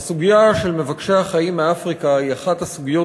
הסוגיה של מבקשי החיים מאפריקה היא אחת הסוגיות